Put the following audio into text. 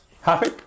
Happy